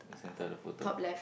the center of the photo